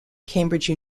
cambridge